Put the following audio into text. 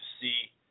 see